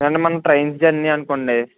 ఏమండి మనం train journey అనుకోండి